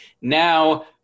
now